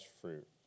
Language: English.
fruit